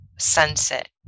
sunset